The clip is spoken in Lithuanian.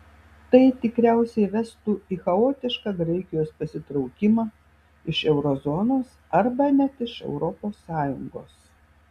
tai tikriausiai vestų į chaotišką graikijos pasitraukimą iš euro zonos arba net iš europos sąjungos